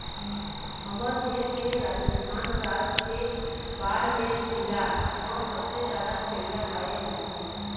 हमर देश के राजस्थान राज के बाड़मेर जिला म सबले जादा भेड़िया पाए जाथे